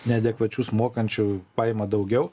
neadekvačius mokančių paima daugiau